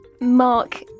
Mark